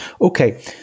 Okay